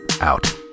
out